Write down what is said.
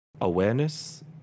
awareness